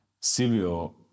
Silvio